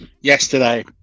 yesterday